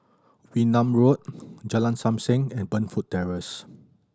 Wee Nam Road Jalan Sam Heng and Burnfoot Terrace